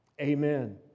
Amen